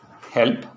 help